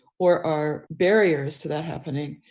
or our barriers to that happening,